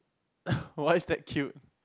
why is that cute